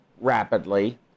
rapidly